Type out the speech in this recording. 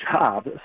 job